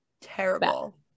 terrible